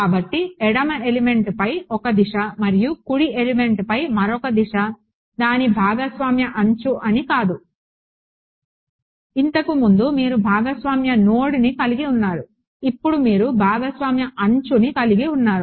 కాబట్టి ఎడమ ఎలిమెంట్పై ఒక దిశ మరియు కుడి ఎలిమెంట్పై మరొక దిశ దాని భాగస్వామ్య అంచు అని కాదు ఇంతకు ముందు మీరు భాగస్వామ్య నోడ్ని కలిగి ఉన్నారు ఇప్పుడు మీరు భాగస్వామ్య అంచుని కలిగి ఉన్నారు